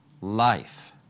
life